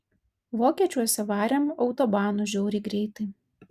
vokiečiuose varėm autobanu žiauriai greitai